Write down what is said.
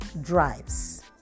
drives